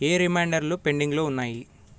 ఏ రిమైండర్లు పెండింగ్లో ఉన్నాయి